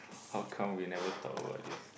how come we never talk about this